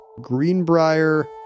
Greenbrier